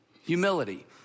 humility